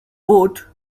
vote